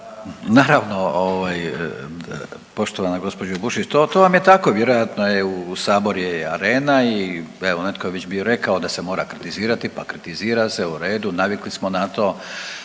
Naravno poštovana gospođo Bušić, to vam je tako. Vjerojatno je, Sabor je arena i evo netko je već bio rekao da se mora kritizirati, pa kritizira se, u redu, navikli smo na to.